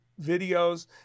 videos